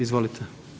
Izvolite.